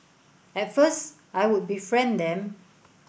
at first I would befriend them